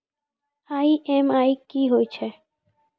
EMI कि होय छै?